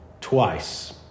Twice